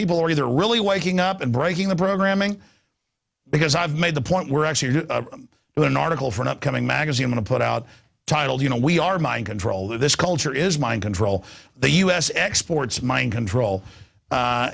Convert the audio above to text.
people are either really waking up and breaking the programming because i've made the point we're actually going article for an upcoming magazine to put out titled you know we are mind control or this culture is mind control they us exports mind control a